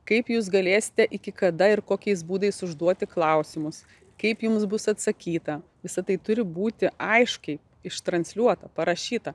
kaip jūs galėsite iki kada ir kokiais būdais užduoti klausimus kaip jums bus atsakyta visa tai turi būti aiškiai ištransliuota parašyta